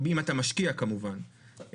אם אתה משקיע, כמובן.